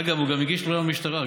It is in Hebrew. אגב, הוא גם הגיש תלונה במשטרה.